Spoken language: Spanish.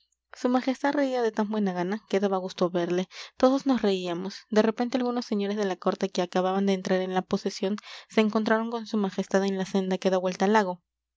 su majestad reía de tan buena gana que daba gusto verle todos nos reíamos de repente algunos señores de la corte que acababan de entrar en la posesión se encontraron con su majestad en la senda que da vuelta al lago